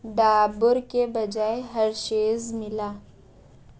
ڈابر کے بجائے ہرشیز ملا